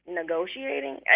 negotiating